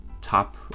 top